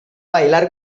bailar